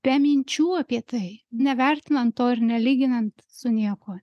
be minčių apie tai nevertinant to ir nelyginant su niekuo